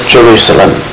Jerusalem